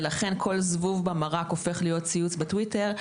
ולכן כל זבוב במרק הופך להיות ציוץ בטוויטר.